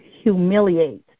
humiliate